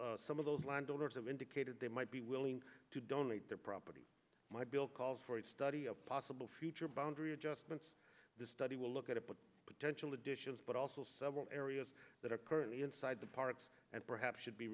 of some of those landowners have indicated they might be willing to donate their property my bill calls for a study of possible future boundary adjustments the study will look at but potential additions but also several areas that are currently inside the parks and perhaps should be